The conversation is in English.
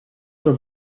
were